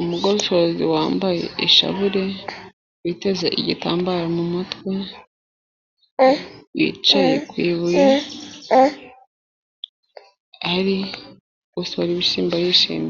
umugosozi wambaye ishabure witeze igitambaro mu mutwe wicaye ku ibuye, ari kugosora ibishyimbo yishimye.